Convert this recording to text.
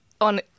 on